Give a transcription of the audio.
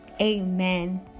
amen